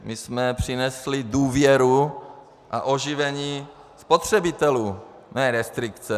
My jsme přinesli důvěru a oživení spotřebitelů , ne restrikce.